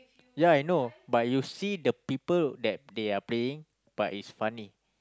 ya I know but you see the people that they are playing but it's funny